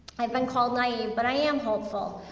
i've been called naive, but i am hopeful.